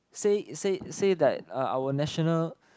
say say say that uh our national